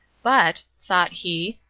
but, thought he,